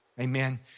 Amen